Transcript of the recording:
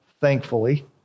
thankfully